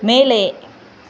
மேலே